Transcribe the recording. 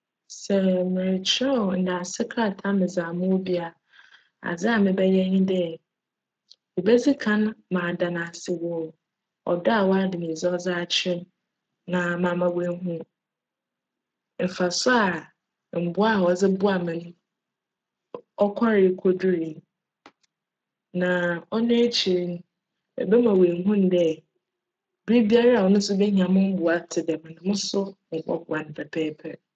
Sj merekyerjw ndaase krataa dze ama obi a, adze a mebjyj nye dj, mebedzi kan ada n'ase wc cdc a w'ada no edzi dze akyerj me na ma ama oehu mfaso a mboa a cdze boa me no ckcree kodurii. Na cno ekyir no, mebjma oehun no dj, ber biara no so behia mo mboa tse djm no, moso mobc boa bo pjpjjpjr.